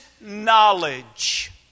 knowledge